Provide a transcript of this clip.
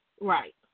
Right